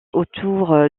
autour